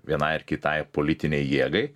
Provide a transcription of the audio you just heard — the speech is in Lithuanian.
vienai ar kitai politinei jėgai